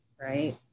right